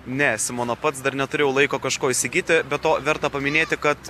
ne simona pats dar neturėjau laiko kažko įsigyti be to verta paminėti kad